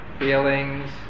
Feelings